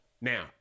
Now